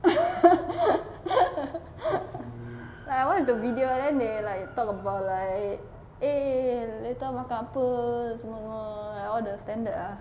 like one of the video then they like talk about like eh later makan apa semua like all the standard ah